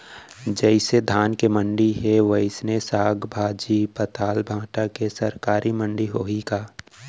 जइसे धान के मंडी हे, वइसने साग, भाजी, पताल, भाटा के सरकारी मंडी होही का?